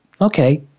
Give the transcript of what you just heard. okay